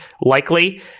likely